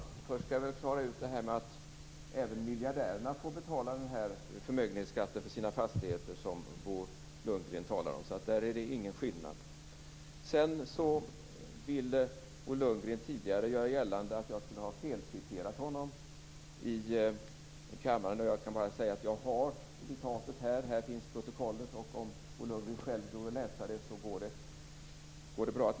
Fru talman! Först skall vi klara ut en sak. Även miljardärerna får betala den här förmögenhetsskatten för sina fastigheter som Bo Lundgren talar om. Där är det ingen skillnad. Sedan ville Bo Lundgren tidigare göra gällande att jag skulle ha felciterat honom i kammaren. Jag kan bara säga att jag har citatet här. Här finns protokollet. Om Bo Lundgren själv vill läsa det så går det bra.